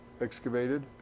excavated